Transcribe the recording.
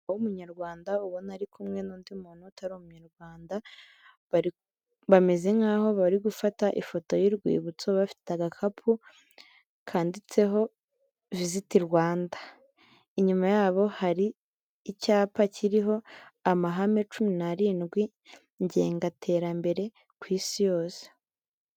Umugabo w'umunyarwanda ubona ko ari kumwe n'undi muntu utari umunyarwanda, bameze nk'aho bari gufata ifoto y'urwibutso, bafite agakapu kanditseho visiti Rwanda. Inyuma yabo hari icyapa kiriho amahame cumi narindwi ngenga terambere ku isi yose.